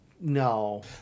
No